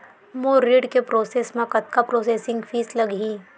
मोर ऋण के प्रोसेस म कतका प्रोसेसिंग फीस लगही?